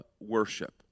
worship